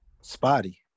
spotty